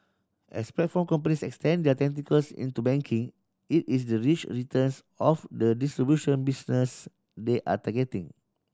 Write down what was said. as platform companies extend their tentacles into banking it is the rich returns of the distribution business they are targeting